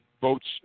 votes